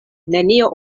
nenio